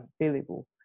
available